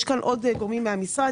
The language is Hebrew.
יש כאן עוד גורמים מהמשרד.